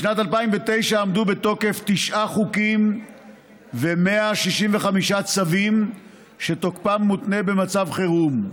בשנת 2009 עמדו בתוקף תשעה חוקים ו־165 צווים שתוקפם מותנה במצב חירום,